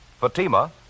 Fatima